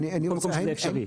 בכל מקום שזה אפשרי.